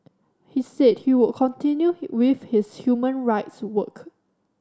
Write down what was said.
he said he would continue with his human rights work